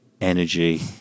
energy